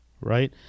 right